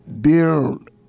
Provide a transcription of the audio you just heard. build